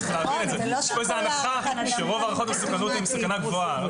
יש את ההנחה שרוב הערכות המסוכנות הן סכנה גבוהה.